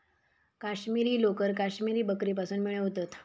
काश्मिरी लोकर काश्मिरी बकरीपासुन मिळवतत